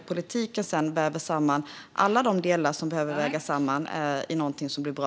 Politiken väver sedan samman alla de delar som behöver vägas samman i något som blir bra.